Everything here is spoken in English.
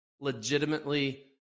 Legitimately